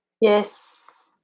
Yes